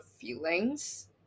feelings